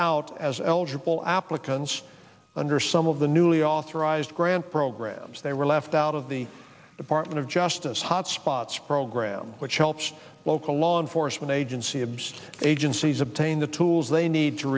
out as eligible applicants under some of the newly authorized grant programs they were left out of the department of justice hotspots program which helps local law enforcement agency obsessed agencies obtain the tools they need to